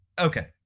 okay